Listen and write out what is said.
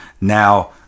Now